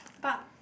but